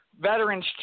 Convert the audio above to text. veterans